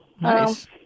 nice